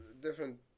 different